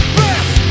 best